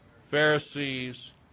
Pharisees